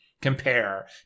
compare